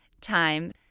time